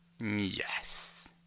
yes